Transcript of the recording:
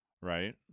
Right